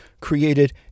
created